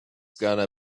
gonna